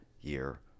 year